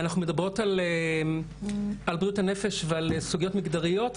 אנחנו מדברות על בריאות הנפש ועל סוגיות מגדריות,